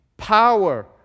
Power